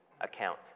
account